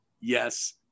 yes